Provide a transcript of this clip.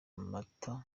amata